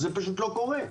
זה לא קורה.